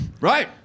right